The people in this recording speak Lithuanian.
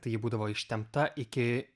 tai ji būdavo ištempta iki